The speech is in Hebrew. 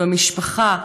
במשפחה,